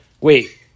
wait